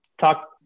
talk